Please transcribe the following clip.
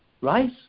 right